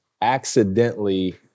accidentally